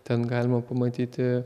ten galima pamatyti